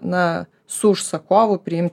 na su užsakovu priimti